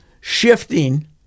shifting